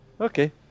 okay